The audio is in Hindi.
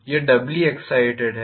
यह डब्ली एग्ज़ाइटेड है